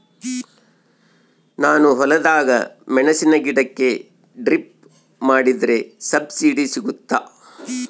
ನಾನು ಹೊಲದಾಗ ಮೆಣಸಿನ ಗಿಡಕ್ಕೆ ಡ್ರಿಪ್ ಮಾಡಿದ್ರೆ ಸಬ್ಸಿಡಿ ಸಿಗುತ್ತಾ?